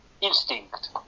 instinct